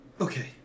Okay